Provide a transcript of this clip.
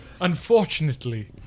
Unfortunately